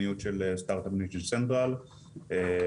דבר ראשון,